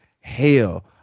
hell